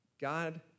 God